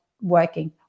working